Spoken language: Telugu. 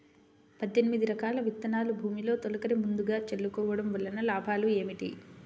పద్దెనిమిది రకాల విత్తనాలు భూమిలో తొలకరి ముందుగా చల్లుకోవటం వలన లాభాలు ఏమిటి?